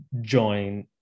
join